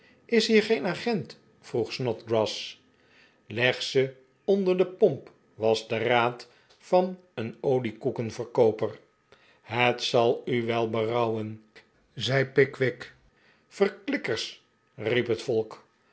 is hier geen agent vroeg snodgrass leg zeonder de pomp was de raad van een oliekoekenverkooper het zal u berouwen zei pickwick verklikkers riep het volk